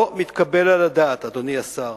לא מתקבל על הדעת, אדוני השר,